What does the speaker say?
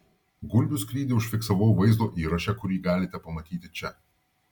gulbių skrydį užfiksavau vaizdo įraše kurį galite pamatyti čia